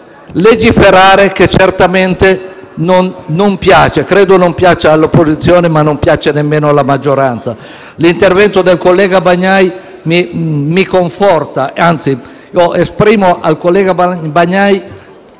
legiferare che certamente non piace. Credo non piaccia all'opposizione, ma non piace nemmeno alla maggioranza. L'intervento del collega Bagnai mi conforta e, anzi, esprimo al collega Bagnai,